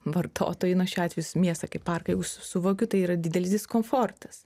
vartotojui nu šiuo atveju miestą kaip parką jau suvokiu tai yra didelis diskomfortas